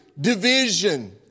division